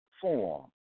form